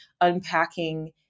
unpacking